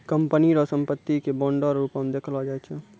company रो संपत्ति के बांडो रो रूप मे देखलो जाय छै